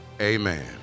Amen